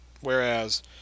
whereas